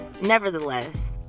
nevertheless